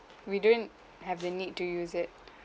we didn't have the need to use it